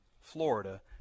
Florida